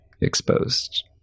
exposed